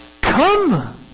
Come